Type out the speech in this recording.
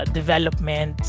development